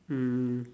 um